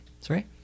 Sorry